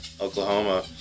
Oklahoma